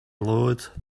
load